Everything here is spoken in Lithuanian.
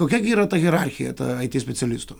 kokia gi yra ta hierarchija ta it specialistų